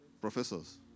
Professors